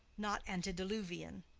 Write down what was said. not antediluvian.